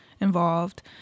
involved